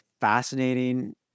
fascinating